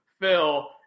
Phil